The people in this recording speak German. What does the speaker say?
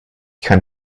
kann